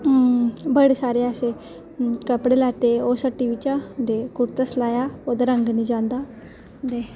बड़े सारे ऐसे कपड़े लैते उस हट्टी चा ते कुरता सिलाया ते ओह्दा रंग निं जंदा